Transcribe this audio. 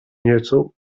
nieco